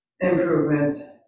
improvement